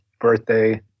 birthday